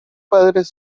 padres